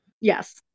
yes